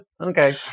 Okay